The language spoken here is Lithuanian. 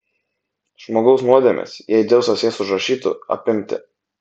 žmogaus nuodėmes jei dzeusas jas užrašytų apimti